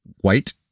white